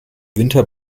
winter